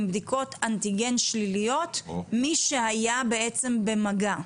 בדיקות אנטיגן שליליות מי שהיה בעצם במגע,